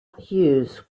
hughes